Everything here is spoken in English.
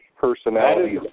personality